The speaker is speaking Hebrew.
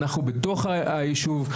אנחנו בתוך היישוב.